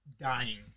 dying